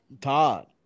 Todd